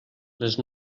les